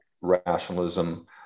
rationalism